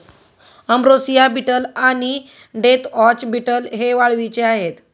ambrosia beetle आणि deathwatch beetle हे वाळवीचे आहेत